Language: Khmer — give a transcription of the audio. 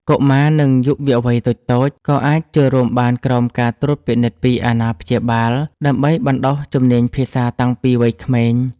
កុមារ និងយុវវ័យតូចៗ ក៏អាចចូលរួមបានក្រោមការត្រួតពិនិត្យពីអាណាព្យាបាល ដើម្បីបណ្ដុះជំនាញភាសាតាំងពីវ័យក្មេង។